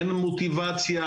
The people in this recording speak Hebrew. אין מוטיבציה.